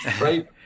right